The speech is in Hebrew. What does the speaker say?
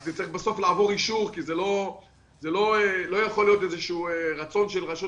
רק זה בסוף צריך לעבור אישור כי זה לא יכול להיות איזה רצון של רשות